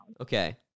Okay